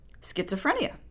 schizophrenia